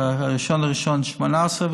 ב-1 בינואר 2018,